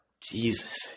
Jesus